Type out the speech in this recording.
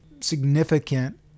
significant